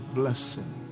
blessing